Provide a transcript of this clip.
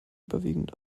überwiegend